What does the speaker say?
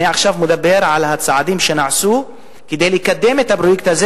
אני עכשיו מדבר על הצעדים שנעשו כדי לקדם את הפרויקט הזה,